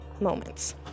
moments